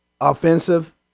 offensive